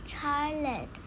Charlotte